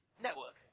network